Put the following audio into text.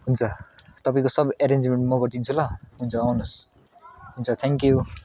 हुन्छ तपाईँको सब एरेन्जमेन्ट म गरिदिन्छु ल हुन्छ आउनुहोस् हुन्छ थ्याङ्क यू